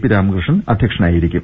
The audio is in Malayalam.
പി രാമകൃഷ്ണൻ അധ്യക്ഷനായിരിക്കും